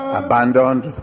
abandoned